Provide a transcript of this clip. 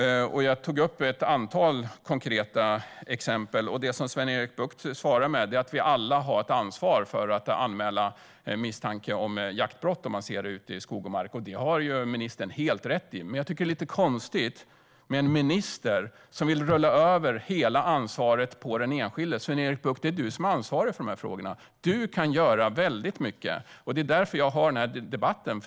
Jag tog upp ett antal konkreta exempel. Sven-Erik Bucht svarar då med att vi alla har ett ansvar att anmäla vid misstanke om jaktbrott om man ser något sådant i skog och mark. Det har ministern helt rätt i, men jag tycker att det är lite konstigt med en minister som vill föra över hela ansvaret på den enskilde. Sven-Erik Bucht, det är du som är ansvarig för de här frågorna. Du kan göra väldigt mycket. Det är därför som jag tog upp den här debatten.